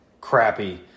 crappy